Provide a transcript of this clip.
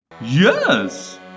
Yes